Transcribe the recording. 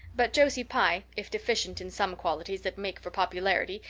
but josie pye, if deficient in some qualities that make for popularity,